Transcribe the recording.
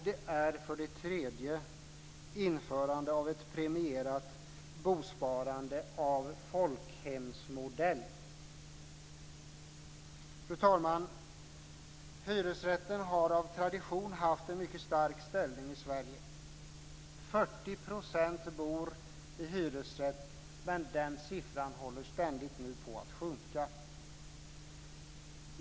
Det är för det tredje införande av ett premierat bosparande av folkhemsmodell. Fru talman! Hyresrätten har av tradition haft en mycket stark ställning i Sverige. 40 % bor i hyresrätt, men den siffran håller nu ständigt på att sjunka.